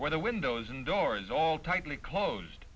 where the windows and doors all tightly closed